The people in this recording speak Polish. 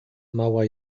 mała